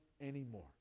anymore